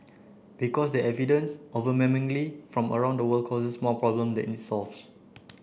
because the evidence from around the world causes more problems than it solves